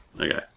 Okay